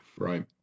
Right